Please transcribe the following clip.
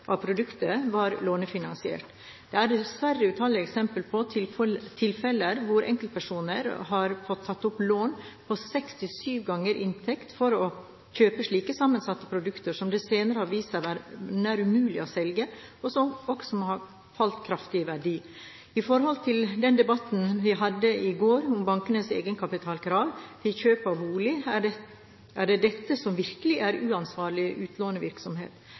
av produktene var lånefinansiert. Det er dessverre utallige eksempler på tilfeller hvor enkeltpersoner har fått tatt opp lån på seks–syv ganger inntekt for å kjøpe slike sammensatte produkter som senere har vist seg nær umulig å selge, og som også har falt kraftig i verdi. I forhold til den debatten vi hadde i går om bankenes egenkapitalkrav til kjøp av bolig, er det dette som virkelig er uansvarlig